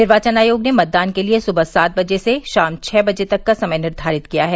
निर्वाचन आयोग ने मतदान के लिये सुबह सात बजे से शाम छह बजे तक का समय निर्धारित किया है